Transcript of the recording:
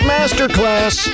Masterclass